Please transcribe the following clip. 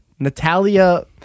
Natalia